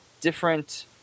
different